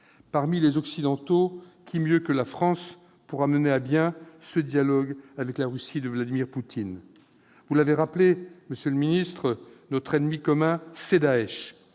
Parmi les Occidentaux, qui mieux que la France pourra mener à bien ce dialogue avec la Russie de Vladimir Poutine ? Vous l'avez rappelé, monsieur le ministre, notre ennemi commun, c'est Daech.